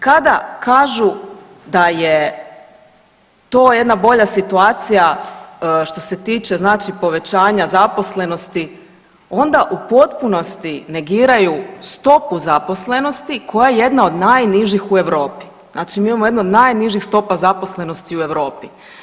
Kada kažu da je to jedna bolja situacija što se tiče znači povećanja zaposlenosti onda u potpunosti negiraju stopu zaposlenosti koja je jedna od najnižih u Europi, znači mi imamo jednu od najnižih stopa zaposlenosti u Europi.